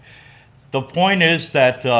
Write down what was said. the point is that